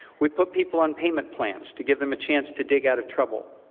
we put people on payment plans to give them a chance to dig out of trouble.